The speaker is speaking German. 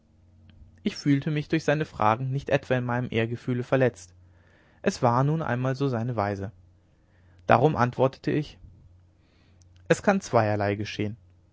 ich fühlte mich durch seine fragen nicht etwa in meinem ehrgefühle verletzt es war nun einmal so seine weise darum antwortete ich es kann zweierlei geschehen